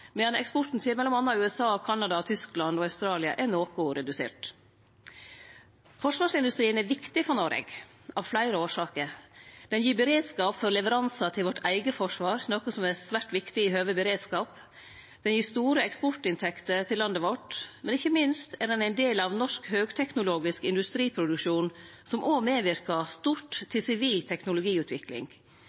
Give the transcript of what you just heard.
eksporten til m.a. USA, Canada, Tyskland og Australia er noko redusert. Forsvarsindustrien er viktig for Noreg av fleire årsaker. Han gir beredskap for leveransar til vårt eige forsvar, noko som er svært viktig i høve beredskap. Han gir store eksportinntekter til landet vårt. Men ikkje minst er han ein del av norsk høgteknologisk industriproduksjon, som òg medverkar stort til sivil teknologiutvikling.